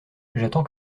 j’attends